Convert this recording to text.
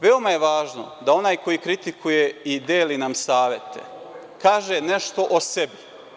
Veoma je važno da onaj koji kritikuje i deli nam savete kaže nešto o sebi.